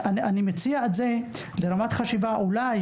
אבל אני מציע את זה לרמת חשיבה, שאולי